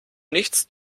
nichts